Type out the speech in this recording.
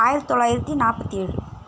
ஆயிரத்தி தொள்ளாயரத்தி நாற்பத்தி ஏழு